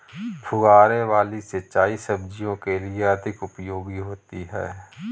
फुहारे वाली सिंचाई सब्जियों के लिए अधिक उपयोगी होती है?